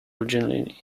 originally